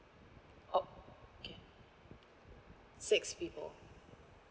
oh six people